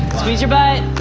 squeeze your butt.